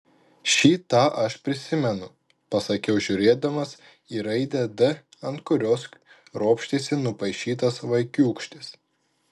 šitą aš prisimenu pasakiau žiūrėdamas į raidę d ant kurios ropštėsi nupaišytas vaikiūkštis